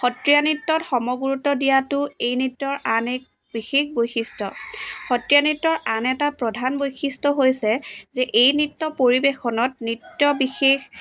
সত্ৰীয়া নৃত্যত সম গুৰুত্ব দিয়াটো এই নৃত্যৰ আন এক বিশেষ বৈশিষ্ট্য সত্ৰীয়া নৃত্যৰ আন এটা প্ৰধান বৈশিষ্ট্য হৈছে যে এই নৃত্য পৰিৱেশনত নৃত্য বিশেষ